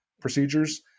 procedures